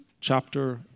Chapter